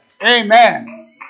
Amen